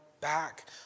back